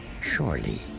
Surely